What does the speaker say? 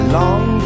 long